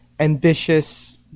ambitious